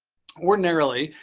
ordinarily,